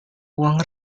uang